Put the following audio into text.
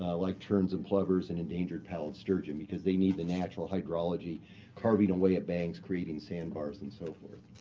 like terns and plovers and endangered pallid sturgeon, because they need the natural hydrology carving away at banks, creating sandbars, and so forth.